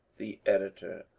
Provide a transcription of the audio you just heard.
the editor.